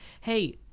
Hey